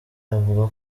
avuga